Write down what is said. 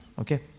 Okay